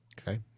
Okay